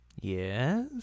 Yes